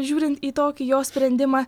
žiūrint į tokį jo sprendimą